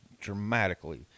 dramatically